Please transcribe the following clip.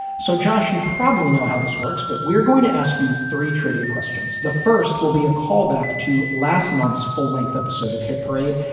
so josh, you probably know how this works, but we're going to ask you three trivia questions. the first will be a callback to last month's full length episode of hit parade.